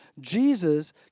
Jesus